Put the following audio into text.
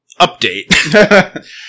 Update